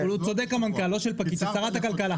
של שרת הכלכלה.